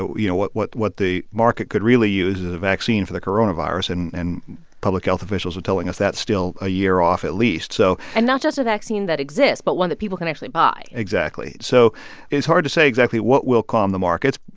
so you know, what what the market could really use is a vaccine for the coronavirus, and and public health officials are telling us that's still a year off at least. so. and not just a vaccine that exists, but one that people can actually buy exactly. so it's hard to say exactly what will calm the markets.